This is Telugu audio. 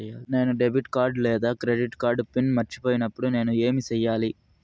నేను డెబిట్ కార్డు లేదా క్రెడిట్ కార్డు పిన్ మర్చిపోయినప్పుడు నేను ఏమి సెయ్యాలి?